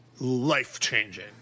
life-changing